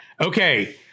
Okay